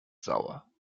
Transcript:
sauer